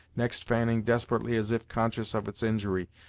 next fanning desperately as if conscious of its injury,